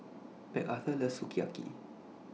Macarthur loves Sukiyaki